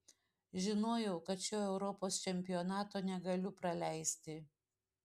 žinojau kad šio europos čempionato negaliu praleisti